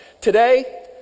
Today